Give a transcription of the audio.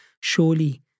Surely